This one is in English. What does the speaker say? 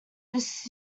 this